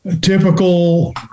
typical